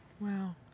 Wow